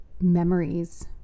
memories